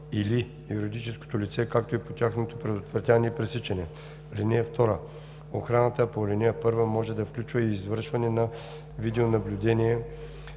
или юридическото лице, както и по тяхното предотвратяване и пресичане. (2) Охраната по ал. 1 може да включва и извършване на видеонаблюдение